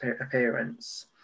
appearance